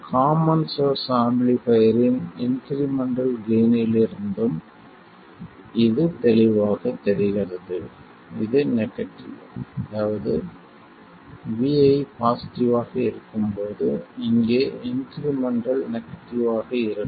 common source amplifier இன் incremental கெய்ன்னிலிருந்தும் இது தெளிவாகத் தெரிகிறது இது நெகட்டிவ் அதாவது vi பாசிட்டிவ் ஆக இருக்கும்போது இங்கே இன்க்ரிமெண்டல் நெகட்டிவ் ஆக இருக்கும்